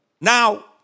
now